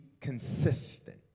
consistent